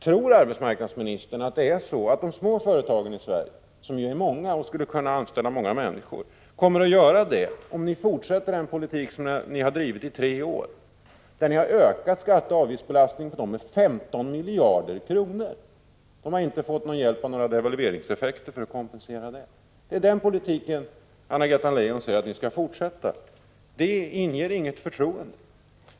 Tror arbetsmarknadsministern att de många små företagen i Sverige, som skulle kunna anställa ett stort antal människor, kommer att göra det om ni fortsätter att föra den politik som ni har drivit i tre år? Ni har ökat avgiftsbelastningen för dem med 15 miljarder kronor. De har inte fått hjälp av några devalveringseffekter för att kompensera detta. Det är den politiken som Anna-Greta Leijon säger att regeringen skall fortsätta att föra. Det inger inget förtroende.